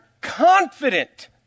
confident